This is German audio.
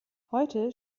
heute